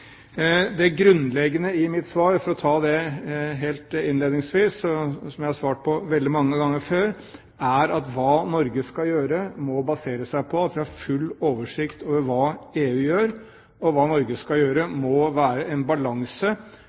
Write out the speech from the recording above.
Det grunnleggende i mitt svar, for å ta det innledningsvis, og som jeg har sagt veldig mange ganger før, er at det Norge skal gjøre, må baseres på at vi har full oversikt over hva EU gjør. Hva Norge skal gjøre? Det må på den ene siden være en balanse